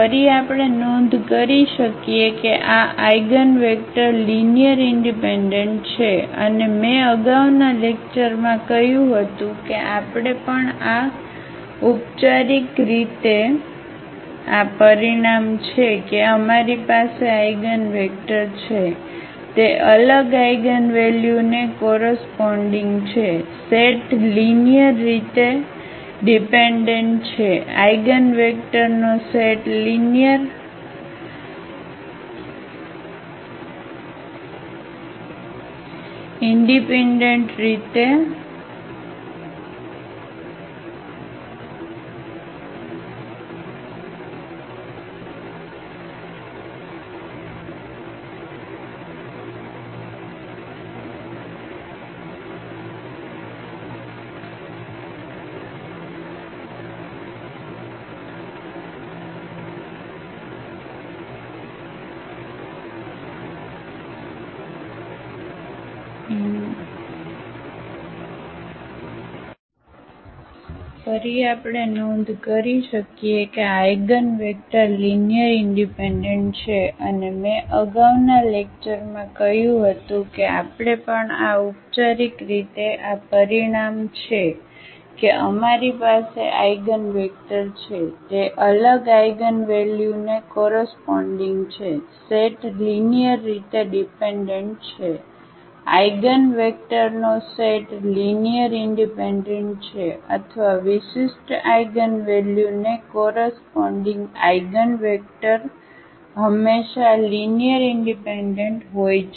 ફરી આપણે નોંધ કરી શકીએ કે આ આઇગનવેક્ટર લીનીઅરઇનડિપેન્ડન્ટ છે અને મેં અગાઉના લેક્ચરમાં કહ્યું હતું કે આપણે પણ આ ઉપચારિક રીતે આ પરિણામ છે કે અમારી પાસે આઇગનવેક્ટર છે તે અલગ આઇગનવલ્યુને કોરસપોન્ડીગ છે સેટ લીનીઅરરીતે ડિપેન્ડન્ટ છે આઇગનવેક્ટરનો સેટ લીનીઅરઇનડિપેન્ડન્ટ છે અથવા વિશિષ્ટ આઇગનવલ્યુને કોરસપોન્ડીગ આઇગનવેક્ટર હંમેશા લીનીઅરઇનડિપેન્ડન્ટ હોય છે